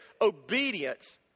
obedience